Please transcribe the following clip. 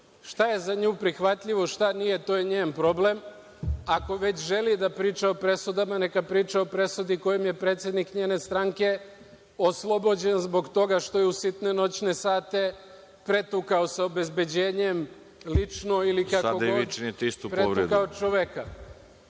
Šta je za nju prihvatljivo, šta nije, to je njen problem. Ako već želi da priča o presudama, neka priča o presudi kojom je predsednik njene stranke oslobođen zbog toga što je u sitne noćne sate sa obezbeđenjem, lično ili kako god, pretukao čoveka.